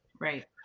Right